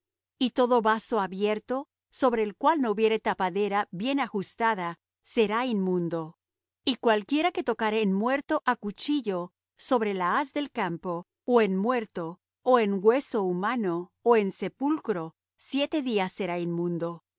y todo vaso abierto sobre el cual no hubiere tapadera bien ajustada sera inmundo y cualquiera que tocare en muerto á cuchillo sobre la haz del campo ó en muerto ó en hueso humano ó en sepulcro siete días será inmundo